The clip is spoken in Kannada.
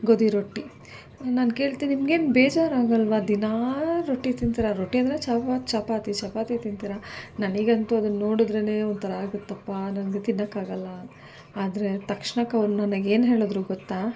ಗೋಧಿ ರೊಟ್ಟಿ ನಾನು ಕೇಳ್ತೀನಿ ನಿಮ್ಗೇನು ಬೇಜಾರಾಗೋಲ್ವ ದಿನಾ ರೊಟ್ಟಿ ತಿಂತೀರ ರೊಟ್ಟಿ ಅಂದರೆ ಚೌ ಚಪಾತಿ ಚಪಾತಿ ತಿಂತೀರಾ ನನಗಂತೂ ಅದನ್ನ ನೋಡಿದ್ರೇನೆ ಒಂಥರ ಆಗುತ್ತಪ್ಪ ನಂಗೆ ತಿನ್ನೋಕ್ಕಾಗೋಲ್ಲ ಆದರೆ ತಕ್ಷ್ಣಕ್ಕೆ ಅವ್ರು ನನಗೆ ಏನು ಹೇಳಿದ್ರು ಗೊತ್ತಾ